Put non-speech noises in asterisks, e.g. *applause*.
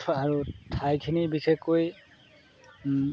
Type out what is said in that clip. *unintelligible* আৰু ঠাইখিনি বিশেষকৈ